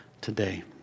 today